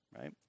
right